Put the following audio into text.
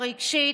הרגשית,